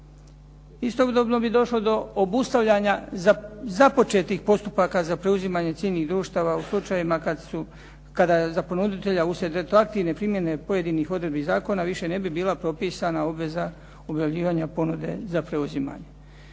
Istodobno bi došlo do obustavljanja započetih postupaka za preuzimanje ciljnih društava u slučajevima kada za ponuditelja usred retroaktivne primjene pojedinih odredbi zakona više ne bi bila propisana obveza objavljivanja ponude za preuzimanje.